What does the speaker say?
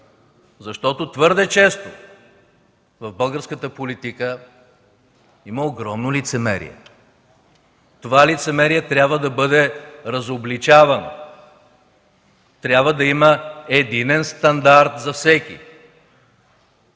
защото твърде често в българската политика има огромно лицемерие. То трябва да бъде разобличавано, да има единен стандарт за всеки.